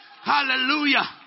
Hallelujah